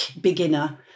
beginner